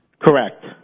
Correct